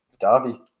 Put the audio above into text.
Derby